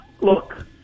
look